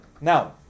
Now